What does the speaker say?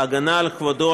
וההגנה על כבודו,